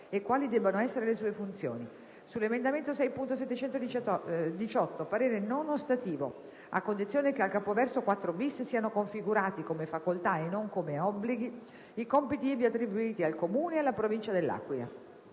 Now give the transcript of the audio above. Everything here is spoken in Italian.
e quali debbano essere le sue funzioni; - sull'emendamento 6.718, parere non ostativo, a condizione che, al capoverso 4-*bis*, siano configurati come facoltà, e non come obblighi, i compiti ivi attribuiti al Comune e alla provincia dell'Aquila;